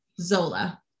zola